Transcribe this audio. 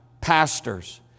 pastors